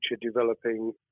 developing